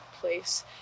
place